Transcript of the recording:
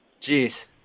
Jeez